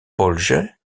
polje